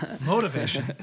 Motivation